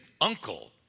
uncle